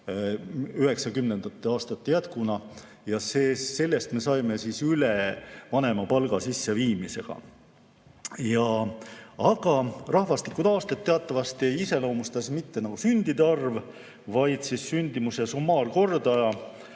1990. aastate jätkuna ja sellest me saime üle vanemapalga sisseviimisega. Aga rahvastiku taastet teatavasti ei iseloomusta mitte sündide arv, vaid sündimuse summaarkordaja,